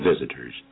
visitors